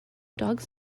dogs